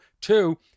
Two